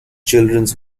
children